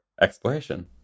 exploration